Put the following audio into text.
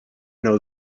know